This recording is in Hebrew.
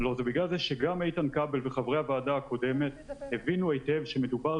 זה בגלל זה שאיתן כבל וחברי הוועדה הקודמת הבינו היטב שמדובר